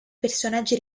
personaggi